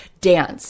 dance